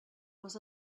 was